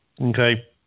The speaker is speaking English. Okay